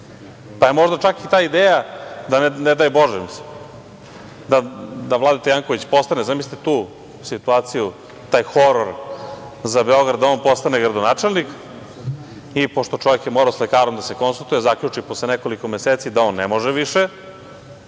je čak i ta ideja da Vladeta Janković postane, zamislite tu situaciju, taj horor za Beograd, da on postane gradonačelnik, i pošto je čovek morao sa lekarom da se konsultuje, zaključi posle nekoliko meseci da on ne može više,